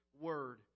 word